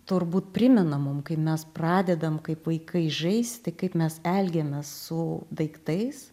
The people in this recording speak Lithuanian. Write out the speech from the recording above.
turbūt primena mum kaip mes pradedam kaip vaikai žaisti kaip mes elgiamės su daiktais